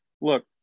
look